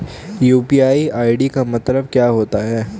UPI ID का मतलब क्या होता है?